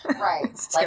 Right